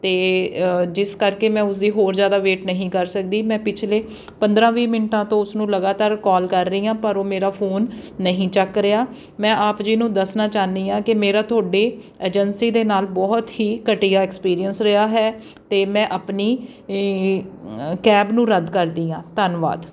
ਅਤੇ ਜਿਸ ਕਰਕੇ ਮੈਂ ਉਸਦੀ ਹੋਰ ਜ਼ਿਆਦਾ ਵੇਟ ਨਹੀਂ ਕਰ ਸਕਦੀ ਮੈਂ ਪਿਛਲੇ ਪੰਦਰਾਂ ਵੀਹ ਮਿੰਟਾਂ ਤੋਂ ਉਸਨੂੰ ਲਗਾਤਾਰ ਕਾਲ ਕਰ ਰਹੀ ਹਾਂ ਪਰ ਮੇਰਾ ਫੋਨ ਨਹੀਂ ਚੁੱਕ ਰਿਹਾ ਮੈਂ ਆਪ ਜੀ ਨੂੰ ਦੱਸਣਾ ਚਾਹੁੰਦੀ ਹਾਂ ਕਿ ਮੇਰਾ ਤੁਹਾਡੇ ਏਜੰਸੀ ਦੇ ਨਾਲ ਬਹੁਤ ਹੀ ਘਟੀਆ ਐਕਸਪੀਰੀਅੰਸ ਰਿਹਾ ਹੈ ਅਤੇ ਮੈਂ ਆਪਣੀ ਕੈਬ ਨੂੰ ਰੱਦ ਕਰਦੀ ਹਾਂ ਧੰਨਵਾਦ